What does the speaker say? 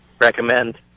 recommend